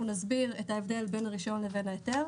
אנחנו נסביר את ההבדל בין הרישיון לבין ההיתר.